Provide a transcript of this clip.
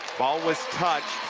ball was touched.